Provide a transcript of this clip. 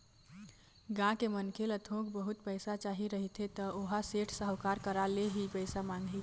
गाँव के मनखे ल थोक बहुत पइसा चाही रहिथे त ओहा सेठ, साहूकार करा ले ही पइसा मांगही